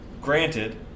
Granted